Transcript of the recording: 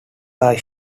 are